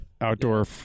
outdoor